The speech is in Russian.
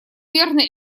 верно